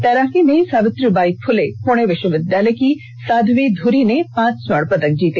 तैराकी में सावित्रीबाई फूले पुणे विश्वविद्यालय की साध्वी धुरी ने पांच स्वर्ण पदक जीते